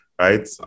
right